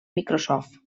microsoft